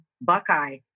Buckeye